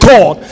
God